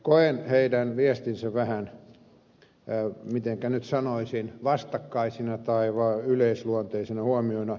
koen heidän viestinsä vähän mitenkä nyt sanoisin vastakkaisina tai vain yleisluonteisena huomioina